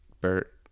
Bert